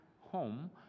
home